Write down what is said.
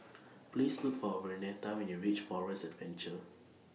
Please Look For Vernetta when YOU REACH Forest Adventure